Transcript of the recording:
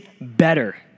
better